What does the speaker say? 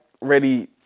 ready